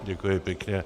Děkuji pěkně.